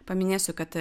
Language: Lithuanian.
paminėsiu kad